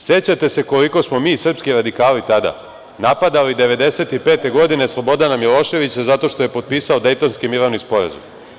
Sećate se koliko smo mi srpski radikali tada napadali 1995. godine Slobodana Miloševića zato što je potpisao Dejtonski mirovni sporazum.